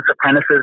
apprentices